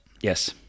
Yes